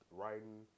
writing